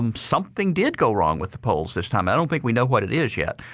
um something did go wrong with the polls this time. i don't think we know what it is yet.